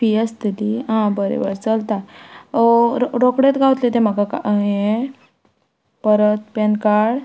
fee आसतली आं बरें बरें चलता रोखडेंत गावतले तें म्हाका हे परत पॅन कार्ड